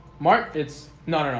mark, it's not enough.